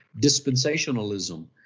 dispensationalism